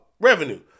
revenue